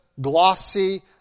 glossy